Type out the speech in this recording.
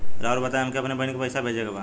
राउर बताई हमके अपने बहिन के पैसा भेजे के बा?